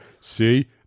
See